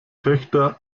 töchter